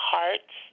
Hearts